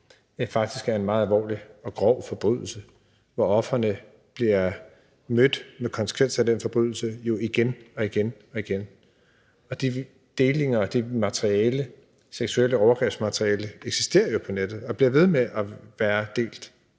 faktisk er en meget alvorlig og grov forbrydelse, hvor ofrene bliver konfronteret med konsekvenserne af den forbrydelse igen og igen. De delinger af det materiale med seksuelle overgreb eksisterer jo på nettet og bliver ved med at være